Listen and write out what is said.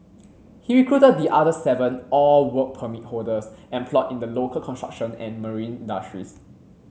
he recruited the other seven all Work Permit holders employed in the local construction and marine industries